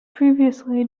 previously